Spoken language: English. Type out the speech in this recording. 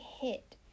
hit